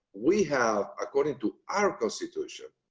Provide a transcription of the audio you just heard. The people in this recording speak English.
we have, according to our constitution,